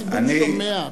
הציבור שומע,